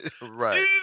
Right